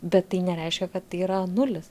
bet tai nereiškia kad tai yra nulis